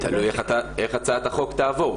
תלוי איך הצעת החוק תעבור.